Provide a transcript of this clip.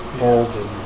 old